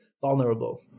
vulnerable